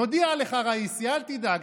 נודיע לך, ראיסי, אל תדאג.